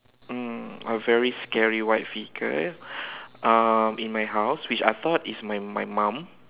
mm a very scary white figure um in my house which I thought is my my mom